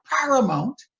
paramount